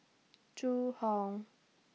Zhu Hong